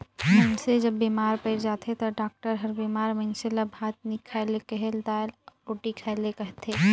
मइनसे जब बेमार पइर जाथे ता डॉक्टर हर बेमार मइनसे ल भात नी खाए ले कहेल, दाएल अउ रोटी खाए ले कहथे